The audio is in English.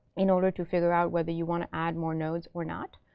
in order to figure out whether you want to add more nodes or not.